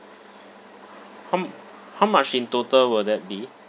how m~ how much in total will that be